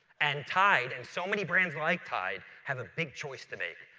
and tide and so many brands like tide have a big choice to make.